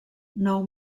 nou